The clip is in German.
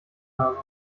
habe